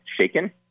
shaken